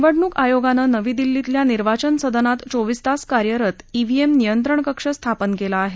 निवडणूक आयोगानं नवी दिल्लीतल्या निर्वाचन सदनात चोवीस तास कार्यरत ईव्हीएम नियंत्रण कक्ष स्थापन केला आहे